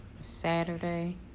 Saturday